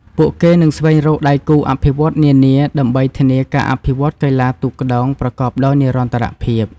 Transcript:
ពួកគេនឹងស្វែងរកដៃគូអភិវឌ្ឍន៍នានាដើម្បីធានាការអភិវឌ្ឍន៍កីឡាទូកក្ដោងប្រកបដោយនិរន្តរភាព។